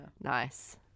nice